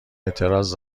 اعتراض